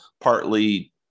partly